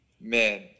man